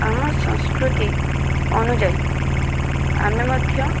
ଆମ ସଂସ୍କୃତି ଅନୁଯାୟୀ ଆମେ ମଧ୍ୟ